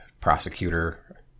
prosecutor